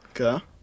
okay